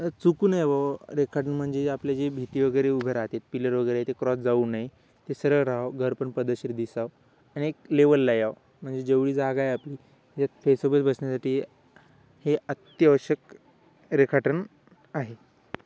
चुकू नये व रेखाटन म्हणजे आपले जे भिंती वगैरे उउभं राहते पिलर वगैरे आहे ते क्रॉस जाऊ नये ते सरळ राहाव घर पण पपद्धतशीर दिसावं आणि एक लेवलला यावं म्हणजे जेवढी जागा आहे आपली त्यात फेसोपस बसण्या्साठी हे अत्यावश्यक रेखाटन आहे